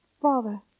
Father